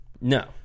No